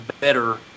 better